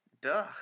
duh